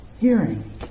hearing